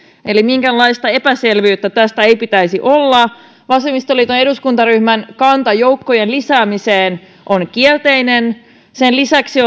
eli minkäänlaista epäselvyyttä tästä ei pitäisi olla vasemmistoliiton eduskuntaryhmän kanta joukkojen lisäämiseen on kielteinen sen lisäksi